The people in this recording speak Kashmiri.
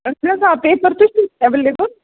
اہن حظ آ پیٚپَر تہِ چھُ ایولیبل